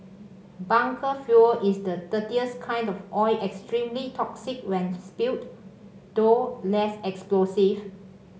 bunker fuel is the dirtiest kind of oil extremely toxic when spilled though less explosive